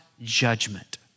judgment